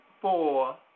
four